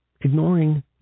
Ignoring